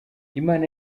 imana